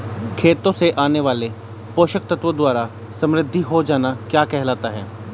खेतों से आने वाले पोषक तत्वों द्वारा समृद्धि हो जाना क्या कहलाता है?